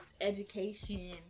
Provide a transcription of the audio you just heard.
education